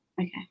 Okay